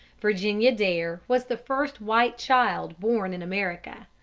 virginia dare was the first white child born in america.